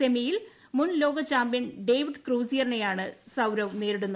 സെമിയിൽ മുൻ ലോക ചാമ്പ്യൻ ഡേവിഡ് ക്രൂസിയറിനെയാണ് സൌരവ് നേരിടുന്നത്